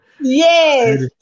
Yes